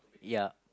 ya